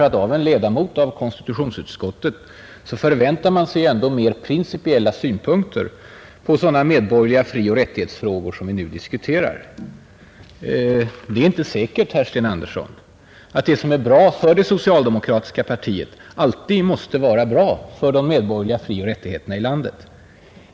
Av en ledamot av konstitutionsutskottet förväntar man sig ändå mer principiella synpunkter på sådana medborgerliga frioch rättighetsfrågor som vi nu diskuterar. Det är inte säkert, Sten Andersson, att det som är bra för det socialdemokratiska partiet alltid måste vara bra för frioch rättigheterna i landet.